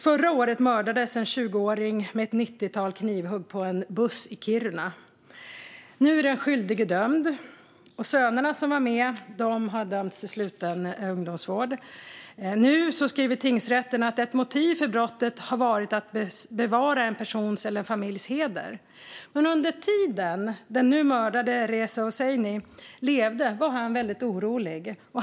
Förra året mördades en 20-åring med ett 90-tal knivhugg på en buss i Kiruna. Nu är den skyldige dömd. Sönerna som var med har dömts till sluten ungdomsvård. Nu skriver tingsrätten att ett motiv för brottet har varit att bevara en persons eller en familjs heder. Under den tid den nu mördade Reza Hoseini levde var han väldigt orolig.